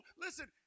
listen